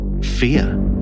fear